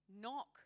Knock